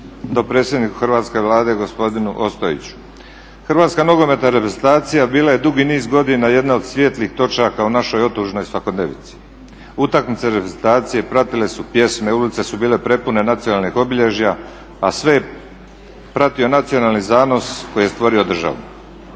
Hrvatska nogometna reprezentacija bila je dugi niz godina jedna od svijetlih točaka u našoj otužnoj svakodnevici. Utakmice reprezentacije pratile su pjesme, ulice su bile prepune nacionalnih obilježja, a sve je pratio nacionalni zanos koji je stvorio državu.